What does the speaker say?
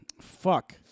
fuck